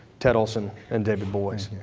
ted olson and david boies.